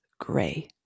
gray